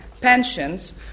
pensions